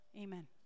Amen